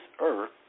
earth